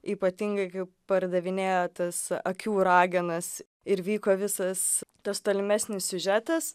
ypatingai kai pardavinėjo tas akių ragenas ir vyko visas tas tolimesnis siužetas